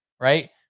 right